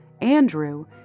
Andrew